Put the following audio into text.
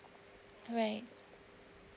right